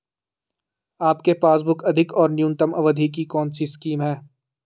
आपके पासबुक अधिक और न्यूनतम अवधि की कौनसी स्कीम है?